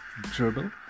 Dribble